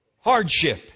Hardship